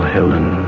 Helen